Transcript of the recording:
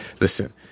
Listen